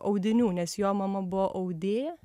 audinių nes jo mama buvo audėja